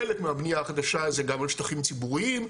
חלק מהבנייה החדשה זה גם על שטחים ציבוריים,